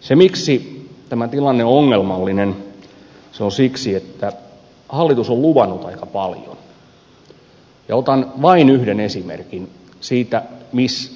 se miksi tämä tilanne on ongelmallinen johtuu siitä että hallitus on luvannut aika paljon ja otan vain yhden esimerkin siitä